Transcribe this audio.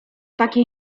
takie